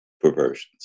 perversions